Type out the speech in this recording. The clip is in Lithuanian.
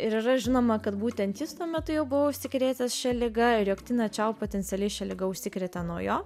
ir yra žinoma kad būtent jis tuo metu jau buvo užsikrėtęs šia liga ir jog tina čiau potencialiai šia liga užsikrėtė nuo jo